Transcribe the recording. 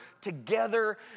together